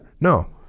No